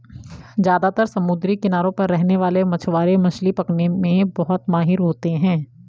ज्यादातर समुद्री किनारों पर रहने वाले मछवारे मछली पकने में बहुत माहिर होते है